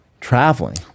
traveling